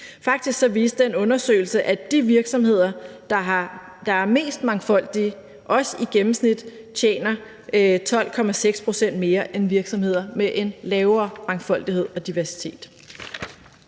Faktisk viste den undersøgelse, at de virksomheder, der er mest mangfoldige, også i gennemsnit tjener 12,6 pct. mere end virksomheder med en lavere mangfoldighed og diversitet.